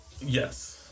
Yes